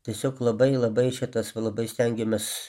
tiesiog labai labai šitas labai stengiamės